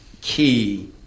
key